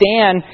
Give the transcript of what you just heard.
Dan